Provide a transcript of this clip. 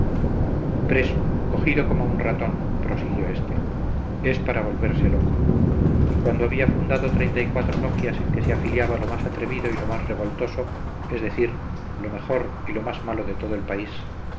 preso cogido como un ratón prosiguió este es para volverse loco cuando había fundado treinta y cuatro logias en que se afiliaba lo más atrevido y lo más revoltoso es decir lo mejor y lo más malo de todo el país